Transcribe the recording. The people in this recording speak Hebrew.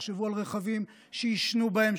תחשבו על רכבים שיישנו בהם,